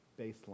baseline